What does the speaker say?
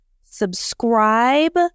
subscribe